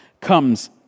comes